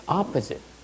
opposite